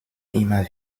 immer